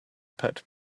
pet